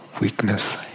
weakness